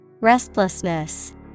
Restlessness